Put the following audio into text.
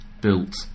built